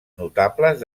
notables